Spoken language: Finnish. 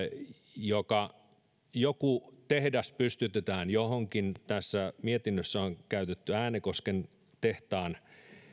jos joku tehdas pystytetään johonkin tässä mietinnössä on käytetty esimerkkinä äänekosken tehtaan